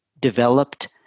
developed